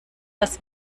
das